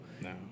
No